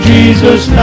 Jesus